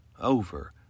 over